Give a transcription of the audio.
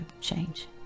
change